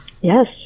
Yes